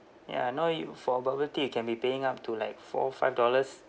ya now you for a bubble tea you can be paying up to like four five dollars